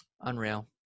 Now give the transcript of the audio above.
Unreal